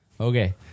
Okay